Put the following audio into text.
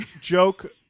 joke